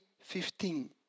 fifteen